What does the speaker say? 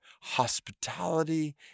hospitality